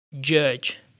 judge